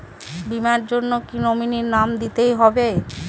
বীমার জন্য কি নমিনীর নাম দিতেই হবে?